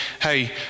hey